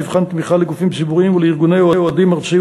מבחן תמיכה לגופים ציבוריים ולארגוני אוהדים ארציים